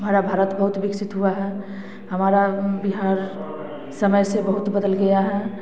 हमारा भारत बहुत विकसित हुआ है हमारा बिहार समय से बहुत बदल गया है